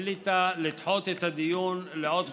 החליטה לדחות את הדיון לעוד חודשיים,